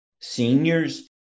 Seniors